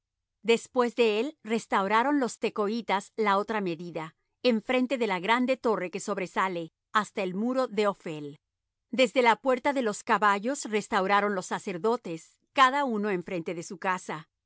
después de él restauraron los tecoitas la otra medida enfrente de la grande torre que sobresale hasta el muro de ophel desde la puerta de los caballos restauraron los sacerdotes cada uno enfrente de su casa